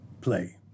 play